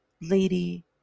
lady